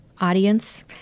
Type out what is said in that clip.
audience